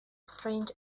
strange